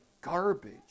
garbage